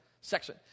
section